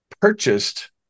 purchased